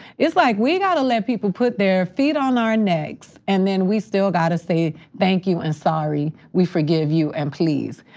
it's like, we got to let people put their feet on our necks, and then we still got to say thank you and sorry, we forgive you, and please.